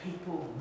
people